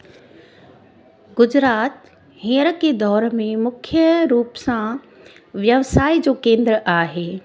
गुजरात हींअर के दौर में मुख्य रूप सां व्यवसाय जो केंद्र आहे